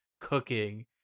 cooking